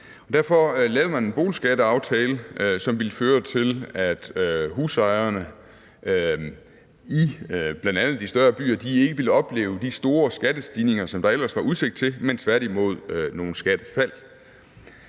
Derfor lavede man en boligskatteaftale, som ville føre til, at husejerne i bl.a. de større byer ikke ville opleve de store skattestigninger, der ellers var udsigt til, men tværtimod nogle skattefald.